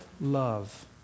love